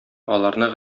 аларны